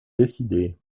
décidée